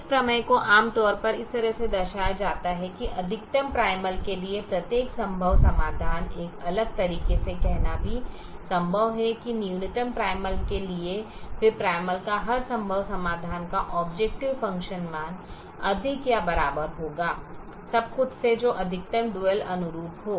इस प्रमेय को आमतौर पर इस तरह से दर्शाया जाता है अधिकतम प्राइमल के लिए प्रत्येक संभव समाधान एक अलग तरीके से कहना भी संभव है की न्यूनतम प्राइमल के लिए फिर प्राइमल का हर संभव समाधान का ऑबजेकटिव फ़ंक्शन मान अधिक या बराबर होगा सब कुछ से जो अधिकतम डुअल अनुरूप हो